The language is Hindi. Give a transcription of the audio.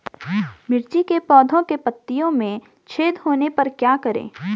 मिर्ची के पौधों के पत्तियों में छेद होने पर क्या करें?